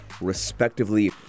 respectively